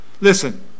listen